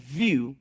view